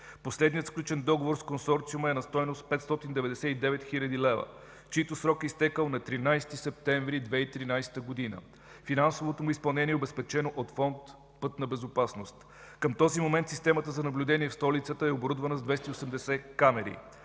Последният сключен договор с Консорциума е на стойност 599 хил. лв., чийто срок е изтекъл на 13 септември 2013 г. Финансовото му изпълнение е обезпечено от Фонд „Пътна безопасност”. Към този момент системата за наблюдение в столицата е оборудвана с 280 камери.